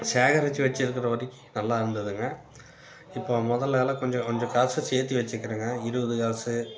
சேகரித்து வச்சுருக்குற வரைக்கும் நல்லா இருந்ததுங்க இப்போ முதலலாம் கொஞ்சம் கொஞ்சம் காசு சேர்த்தி வச்சுக்கிறேங்க இருபது காசு